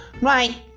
right